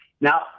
Now